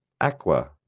aqua